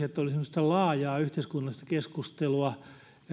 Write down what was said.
että olisi semmoista laajaa yhteiskunnallista keskustelua